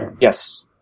yes